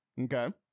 okay